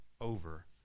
over